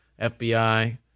FBI